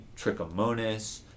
trichomonas